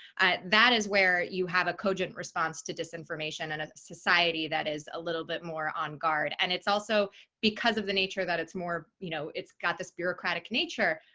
that is where you have a cogent response to disinformation and a society that is a little bit more on guard. and it's also because of the nature that it's more you know, it's got this bureaucratic nature,